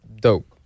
dope